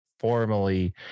formally